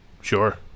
Sure